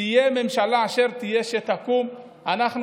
תהיה הממשלה שתקום אשר תהיה,